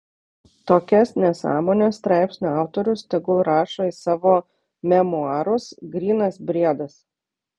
tokias nesąmones straipsnio autorius tegul rašo į savo memuarus grynas briedas